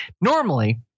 Normally